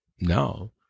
No